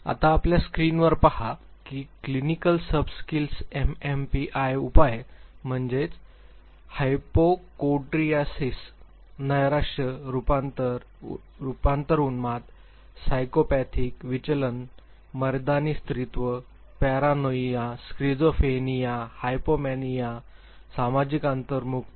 आता आपल्या स्क्रीनवर पहा की क्लिनिकल सबस्कॅल्स एमएमपीआय उपाय म्हणजे हायपोकोन्ड्रियासिस नैराश्य रूपांतर उन्माद सायकोपॅथिक विचलन मर्दानी स्त्रीत्व पॅरानोईया स्किझोफ्रेनिया हायपोमॅनिया सामाजिक अंतर्मुखता